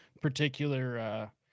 particular